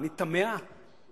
ואני תמה איך